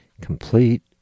complete